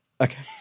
Okay